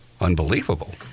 unbelievable